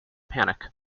panic